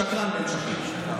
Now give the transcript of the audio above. שקרן בן שקרן.